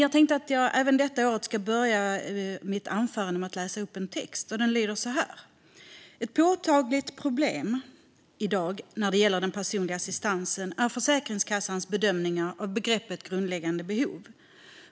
Jag tänkte även detta år börja mitt anförande med att läsa upp en text: "Ett problem som är påtagligt i dag när det gäller personlig assistans är Försäkringskassans bedömningar av begreppet 'grundläggande behov'."